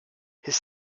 his